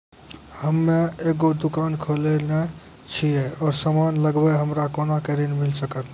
हम्मे एगो दुकान खोलने छी और समान लगैबै हमरा कोना के ऋण मिल सकत?